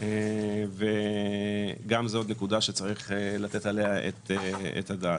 זאת נקודה שצריך לתת עליה את הדעת.